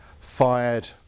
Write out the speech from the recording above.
fired